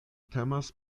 temas